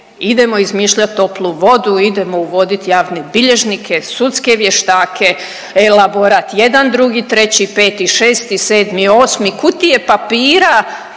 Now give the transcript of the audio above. Idemo izmišljati toplu vodu, idemo uvoditi javne bilježnike, sudske vještake, elaborat jedan, drugi, treći, peti,